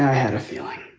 had a feeling.